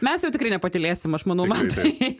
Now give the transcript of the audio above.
mes jau tikrai nepatylėsim aš manau mantai